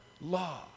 law